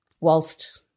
whilst